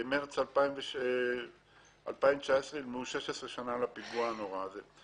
במארס 2019 ימלאו 16 שנה לפיגוע הנורא הזה.